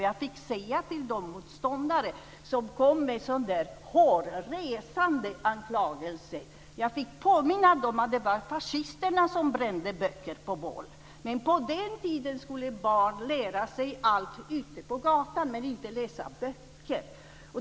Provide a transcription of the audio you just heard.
Jag fick påminna de motståndare som kom med sådana hårresande anklagelser om att det var fascisterna som brände böcker på bål. På den tiden skulle barn lära sig allt ute på gatan men inte läsa böcker.